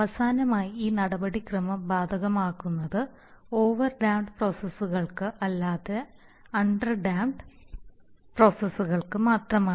അവസാനമായി ഈ നടപടിക്രമം ബാധകമാകുന്നത് ഓവർ ഡാംപ്പഡ് പ്രോസസ്സുകൾക്ക് അല്ലാത്ത അണ്ടർ ഡാംപ്പഡ് പ്രോസസ്സുകൾക്ക് മാത്രമാണ്